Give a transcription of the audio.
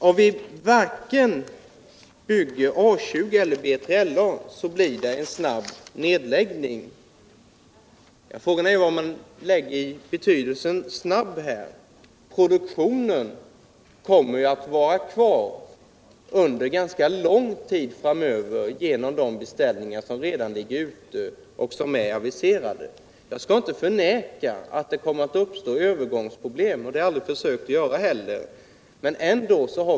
Om vi varken bygger A 20 eller BJLA, blir det en snabb nedläggning, har det sagts. Frågan är då vilken be2tydelse man lägger i ordet snabb. Produktionen kommer ju att bli kvar under ganska lång tid framöver på grund av de beställningar som redan ligger ute och de beställningar som är aviserade. Jag skall inte förneka att det kommer att uppstå övergångsproblem, och det har jag heller aldrig försökt göra.